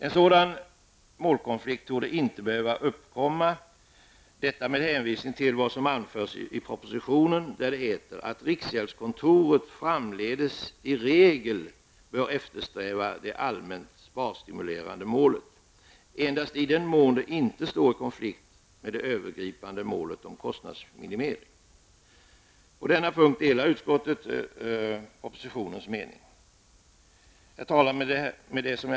En sådan målkonflikt torde inte behöva uppkomma, detta med hänvisning till vad som anförs i propositionen, nämligen att riksgäldskontoret framdeles i regel bör eftersträva det allmänt sparstimulerande målet endast i den mån det inte står i konflikt med det övergripande målet om kostnadsminimering. På denna punkt delar utskottet den mening som framförs i propositionen.